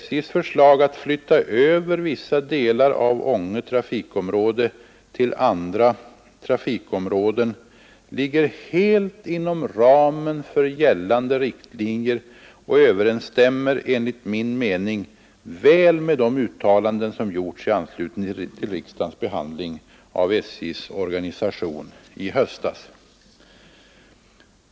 SJ:s förslag att flytta över vissa delar av Ånge trafikområde till andra trafikområden ligger helt inom ramen för gällande riktlinjer och överensstämmer enligt min mening väl med de uttalanden som gjorts i anslutning till riksdagens behandling av SJ:s organisation i höstas.